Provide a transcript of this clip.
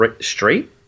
straight